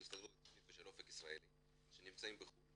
של ההסתדרות הציונית ושל אופק ישראלי שנמצאים בחו"ל,